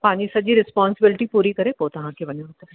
पंहिंजी सॼी रिस्पॉन्सबिलिटी पूरी करे पोइ तव्हांखे वञिणो अथव